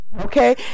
okay